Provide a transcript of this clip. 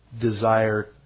desire